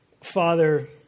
Father